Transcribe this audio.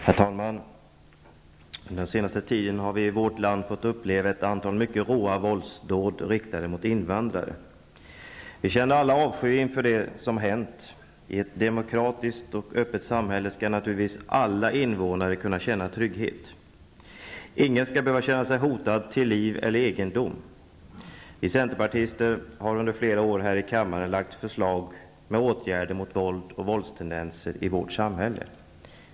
Herr talman! Under den senaste tiden har vi i vårt land fått uppleva ett antal mycket råa våldsdåd riktade mot invandrare. Vi känner alla avsky inför det som hänt. I ett demokratiskt och öppet samhälle skall naturligtvis alla invånare kunna känna trygghet. Ingen skall behöva känna sig hotad till liv eller egendom. Vi centerpartister har under flera år här i kammaren lagt fram förslag med åtgärder mot våld och våldstendenser i vårt samhälle.